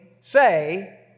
say